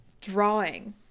drawing